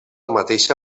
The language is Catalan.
mateixa